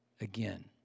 again